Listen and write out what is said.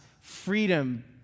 freedom